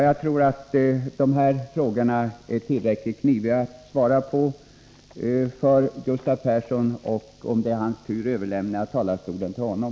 Jag tror att de här frågorna är tillräckligt kniviga att svara på för Gustav Persson, och om det är hans tur överlämnar jag talarstolen till honom.